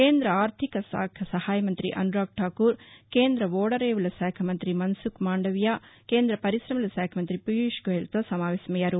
కేంద్ర ఆర్లిక శాఖ సహాయ మంత్రి అనురాగ్ ఠాకూర్ కేంద్ర ఓడరేవుల శాఖ మంత్రి మనుసుఖ్ మాండవీయ కేంద్ర పరిక్రమల శాఖ మంతి పీయూష్ గోయల్ తో సమావేశమయ్యారు